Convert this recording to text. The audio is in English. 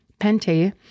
pente